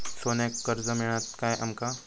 सोन्याक कर्ज मिळात काय आमका?